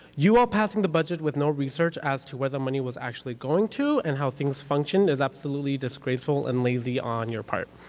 you all passing the budget with no research as to where the money was actually going to and how things functioned is absolutely disgraceful and lazy on your part.